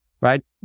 right